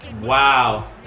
Wow